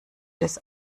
des